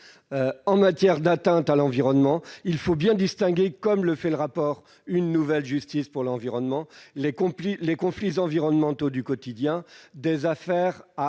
En matière d'atteintes à l'environnement, il faut bien distinguer, comme le fait le rapport intitulé « Une justice pour l'environnement », les conflits environnementaux du quotidien des affaires à